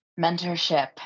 Mentorship